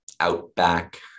Outback